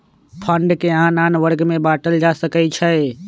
fund के आन आन वर्ग में बाटल जा सकइ छै